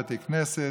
בתי כנסת,